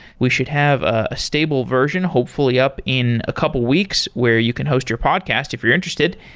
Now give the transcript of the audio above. we should have a stable version hopefully up in a couple weeks, where you can host your podcast if you're interested.